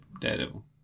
Daredevil